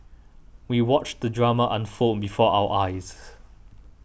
we watched the drama unfold before our eyes